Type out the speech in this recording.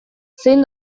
zein